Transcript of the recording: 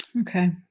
Okay